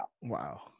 Wow